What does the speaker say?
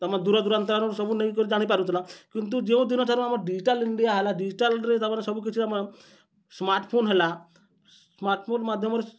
ତୁମ ଦୂର ଦୂରାନ୍ତରୁ ସବୁ ନେଇ କରି ଜାଣିପାରୁଥିଲା କିନ୍ତୁ ଯେଉଁ ଦିନ ଠାରୁ ଆମ ଡିଜିଟାଲ୍ ଇଣ୍ଡିଆ ହେଲା ଡିଜିଟାଲ୍ରେ ତୁମେ ସବୁକିଛି ଆମ ସ୍ମାର୍ଟ ଫୋନ ହେଲା ସ୍ମାର୍ଟ ଫୋନ ମାଧ୍ୟମରେ